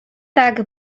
tak